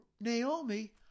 Naomi